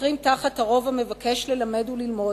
החותרים תחת הרוב המבקש ללמד וללמוד,